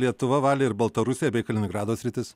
lietuva valė ir baltarusija bei kaliningrado sritis